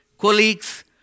colleagues